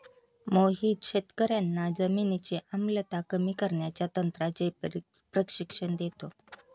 मोहित शेतकर्यांना जमिनीची आम्लता कमी करण्याच्या तंत्राचे प्रशिक्षण देतो